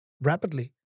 rapidly